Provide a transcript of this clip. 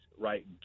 right